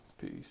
Peace